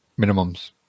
minimums